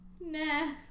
nah